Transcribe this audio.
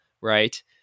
right